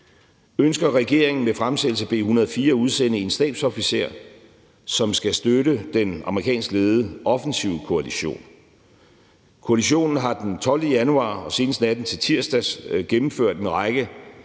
ønsker regeringen med fremsættelse af B 104 at udsende en stabsofficer, som skal støtte den amerikanskledede offensive koalition. Koalitionen har den 12. januar og senest natten til tirsdag gennemført en række